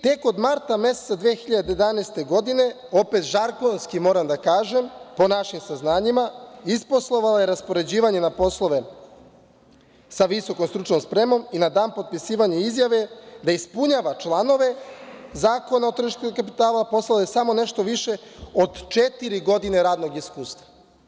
Tek od marta meseca 2011. godine, opet žargonski moram da kažem, po našim saznanjima, isposlovao je raspoređivanje na poslove sa visokom stručnom spremom i na dan potpisivanja izjave da ispunjava članove Zakona o tržištu kapitala postala je sa samo nešto više od četiri godine radnog iskustva.